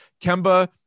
Kemba